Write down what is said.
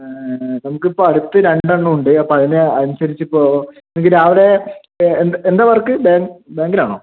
നമുക്കിപ്പോൾ അടുത്ത് രണ്ടെണ്ണം ഉണ്ട് അപ്പം അതിന് അനുസരിച്ചിപ്പോൾ നിങ്ങൾക്ക് രാവിലെ എന്താ എന്താ വർക്ക് ബാങ്ക് ബാങ്കിലാണോ